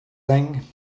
thing